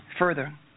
Further